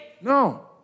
No